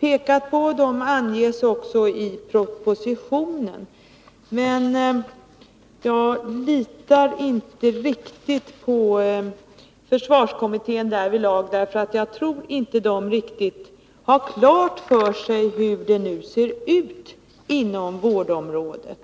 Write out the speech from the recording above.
pekat på anges i propositionen. Men jag litar inte riktigt på försvarskommittén därvidlag. Jag tror inte att den riktigt har klart för sig hur det ser ut inom vårdområdet.